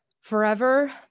forever